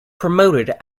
promoted